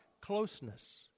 Closeness